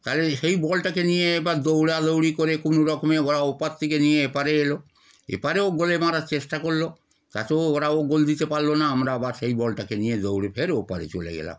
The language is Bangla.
তাহলে সেই বলটাকে নিয়ে এবার দৌড়াদৌড়ি করে কোনো রকমে ওরা ওপার থেকে নিয়ে এপারে এলো এপারেও গোলে মারার চেষ্টা করল তাতেও ওরাও গোল দিতে পারল না আমরা আবার সেই বলটাকে নিয়ে দৌড়ে ফের ওপারে চলে গেলাম